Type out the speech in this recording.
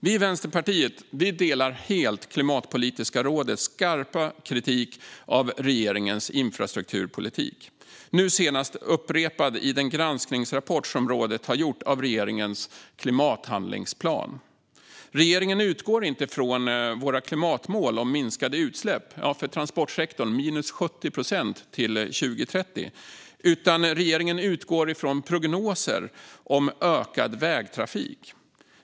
Vi i Vänsterpartiet instämmer helt i Klimatpolitiska rådets skarpa kritik av regeringens infrastrukturpolitik, nu senast upprepad i den granskningsrapport som rådet har gjort med anledning av regeringens klimathandlingsplan. Regeringen utgår inte från våra klimatmål om minskade utsläpp - för transportsektorn är målet minus 70 procent till 2030 - utan från prognoser om ökad vägtrafik.